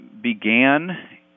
began